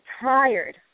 tired